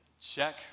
check